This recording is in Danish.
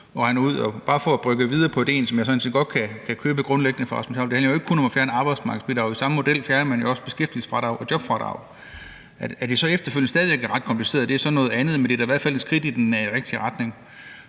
at regne ud – bare lige for at brygge videre på idéen fra hr. Rasmus Jarlov, som jeg sådan set grundlæggende godt kan købe. Det handler jo ikke kun om at fjerne arbejdsmarkedsbidraget. I samme model fjerner man jo også beskæftigelsesfradrag og jobfradrag. At det så efterfølgende stadig væk er ret kompliceret, er så noget andet, men det er da i hvert fald et skridt i den rigtige retning.